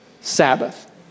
Sabbath